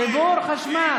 חיבור חשמל.